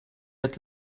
het